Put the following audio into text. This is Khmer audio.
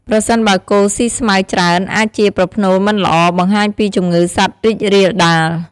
ប្រសិនបើគោស៊ី ស្មៅ ច្រើន អាចជាប្រផ្នូលមិនល្អ បង្ហាញពីជំងឺសត្វរីករាលដាល។